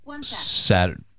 Saturday